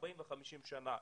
40 ו-50 שנים.